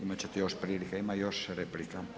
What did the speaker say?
Imati ćete još prilike, ima još replika.